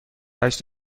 هشت